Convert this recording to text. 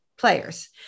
players